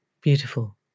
Beautiful